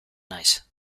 naiz